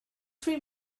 three